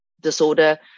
disorder